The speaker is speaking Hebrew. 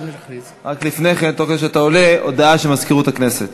רק לפני כן, הודעה של מזכירות הכנסת.